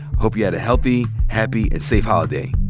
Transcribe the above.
hope you had a healthy, happy and safe holiday,